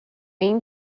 این